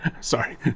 Sorry